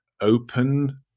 open